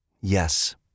Yes